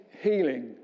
healing